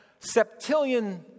septillion